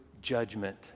judgment